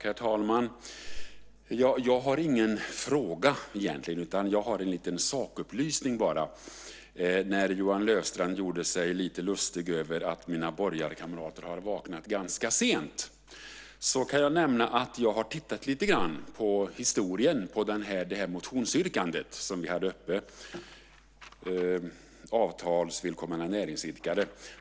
Herr talman! Jag har egentligen ingen fråga, utan jag har bara en liten sakupplysning. Johan Löfstrand gjorde sig lite lustig över att mina borgarkamrater har vaknat ganska sent. Jag kan nämna att jag har tittat lite grann på historien när det gäller det här motionsyrkandet, som vi hade uppe, om avtalsvillkor mellan näringsidkare.